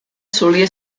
solia